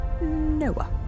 Noah